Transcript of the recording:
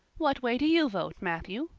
what way do you vote, matthew?